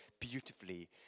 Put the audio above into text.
beautifully